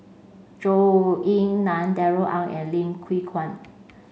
Zhou Ying Nan Darrell Ang and Lim Kew Kuan